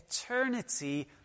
eternity